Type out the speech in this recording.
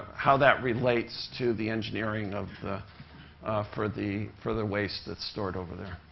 how that relates to the engineering of the for the for the waste that's stored over there.